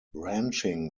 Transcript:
ranching